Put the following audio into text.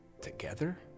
together